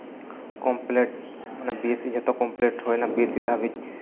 complete ᱢᱟᱱᱮ ᱵᱤᱭᱮᱥᱤ ᱡᱚᱛᱚ ᱠᱚᱢᱯᱞᱤᱴ ᱦᱩᱭᱱᱟ ᱵᱤᱭᱮᱥᱤ ᱫᱷᱟᱹᱵᱤᱡ